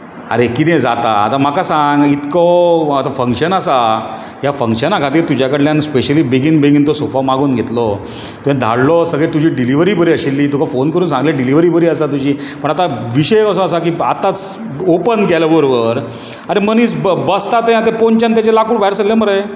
आरे कितें जाता आतां म्हाका सांग इतको आतां फंगशन आसा ह्या फंगशना खातीर तुज्या कडल्यान श्पेशली बेगीनबेगीन तो सोफा मागून घेतलो तुवें धाडलो सगळें तुजी डिलिवरीय बरी आशिल्ली तुका फोन करून सांगलें तुजी डिलीवरी बरी आसली तुजी पूण आतां विशय कसो आसा की आतांच ओपन केले बरोबर आरे मनीस बसता थंय आसा पोंदच्यान ताचें लाकूड भायर सरलें मरे